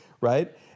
right